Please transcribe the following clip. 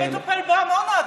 אבל זה לא חוק שמטפל בעמונה,